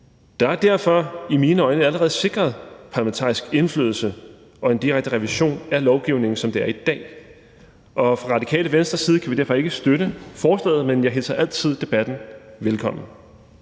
Der er derfor i mine øjne allerede sikret parlamentarisk indflydelse og en direkte revision af lovgivningen, som det er i dag. Fra Radikale Venstres side kan vi derfor ikke støtte forslaget. Men jeg hilser altid debatten velkommen.